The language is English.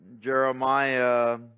Jeremiah